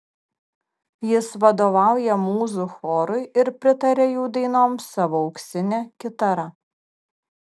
jis vadovauja mūzų chorui ir pritaria jų dainoms savo auksine kitara